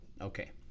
Okay